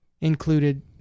included